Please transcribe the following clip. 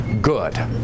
good